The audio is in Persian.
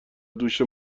دوش